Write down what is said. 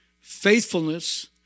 faithfulness